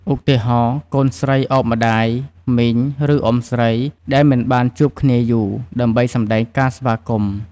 ឧទាហរណ៍ កូនស្រីឱបម្ដាយ មីង ឬ អ៊ុំស្រី ដែលមិនបានជួបគ្នាយូរ ដើម្បីសម្ដែងការស្វាគមន៍។